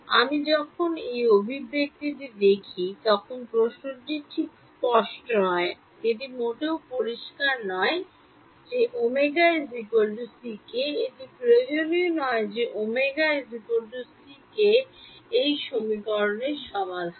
আমি যখন এই অভিব্যক্তিটি দেখি তখন প্রশ্নটি ঠিক স্পষ্ট হয় এটি মোটেও পরিষ্কার নয় যে ω ck এটি প্রয়োজনীয় নয় যে ω ck এই সমীকরণের সমাধান